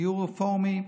גיור רפורמי,